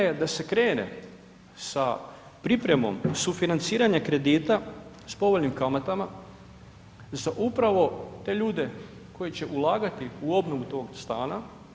Jedna je da se krene sa pripremom sufinanciranja kredita s povoljnim kamatama za upravo te ljude koji će ulagati u obnovu toga stana.